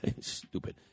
stupid